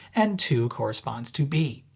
and two corresponds to b.